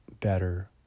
better